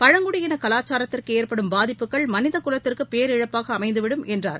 பழங்குடியின கவாச்சாரத்திற்கு ஏற்படும் பாதிப்புகள் மனித குலத்திற்கு பேரிழப்பாக அமைந்துவிடும் என்றார்